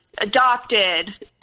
adopted